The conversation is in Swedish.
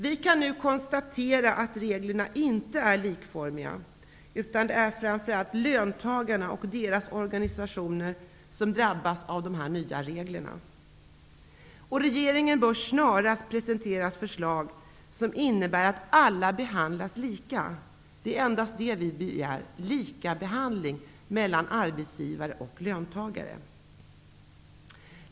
Vi kan nu konstatera att reglerna inte är likformiga, utan det är framför allt löntagarna och deras organisationer som drabbas av de nya reglerna. Regeringen bör snarast presentera förslag som innebär att alla behandlas lika. Det är endast det vi begär; lika behandling av arbetsgivare och löntagare.